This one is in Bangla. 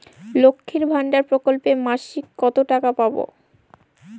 লক্ষ্মীর ভান্ডার প্রকল্পে মাসিক কত টাকা পাব?